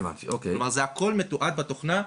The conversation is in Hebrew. כלומר, זה הכל מתועד בתוכנה.